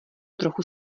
trochu